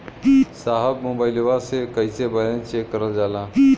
साहब मोबइलवा से कईसे बैलेंस चेक करल जाला?